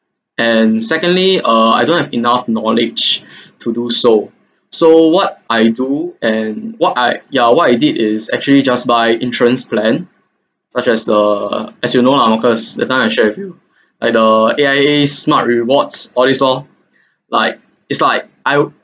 and secondly uh I don't have enough knowledge to do so so what I do and what I ya what I did is actually just buy insurance plan such as uh as you know I'm occurs that time I shared with you like the A_I_A smart rewards all this lor like it's like I